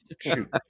Shoot